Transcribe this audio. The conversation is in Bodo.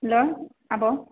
हेल्ल' आब'